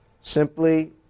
Simply